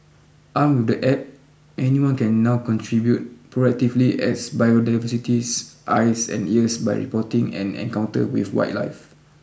armed with the App anyone can now contribute proactively as biodiversity's eyes and ears by reporting an encounter with wildlife